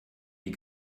die